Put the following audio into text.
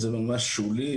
זה ממש שולי,